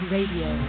Radio